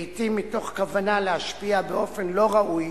לעתים מתוך כוונה להשפיע באופן לא ראוי